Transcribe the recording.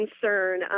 concern